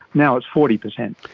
now it's forty percent.